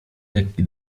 lekki